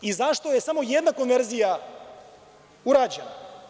I zašto je samo jedna konverzija urađena?